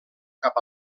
cap